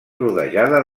rodejada